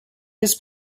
his